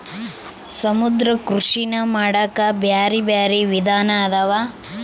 ಸಮುದ್ರ ಕೃಷಿನಾ ಮಾಡಾಕ ಬ್ಯಾರೆ ಬ್ಯಾರೆ ವಿಧಾನ ಅದಾವ